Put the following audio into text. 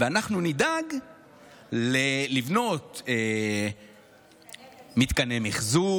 ואנחנו נדאג לבנות מתקני מחזור,